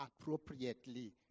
appropriately